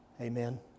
Amen